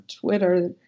Twitter